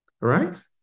Right